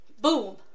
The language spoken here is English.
boom